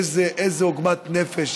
איזו עוגמת נפש,